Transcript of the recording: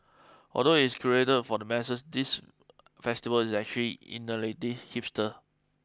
although it is curated for the masses this festival is actually innately hipster